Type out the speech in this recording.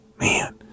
Man